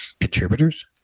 contributors